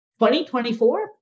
2024